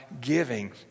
giving